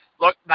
look